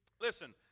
Listen